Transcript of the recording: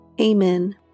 Amen